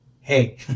hey